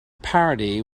parody